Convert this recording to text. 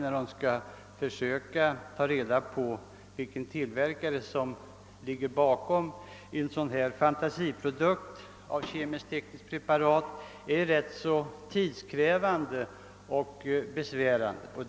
Deras arbete med att försöka ta reda på vilken tillverkare som ligger bakom en fantasiprodukt av kemiskt-tekniska preparat är både tidskrävande och besvärligt.